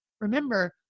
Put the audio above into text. Remember